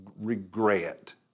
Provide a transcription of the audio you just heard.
regret